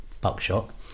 buckshot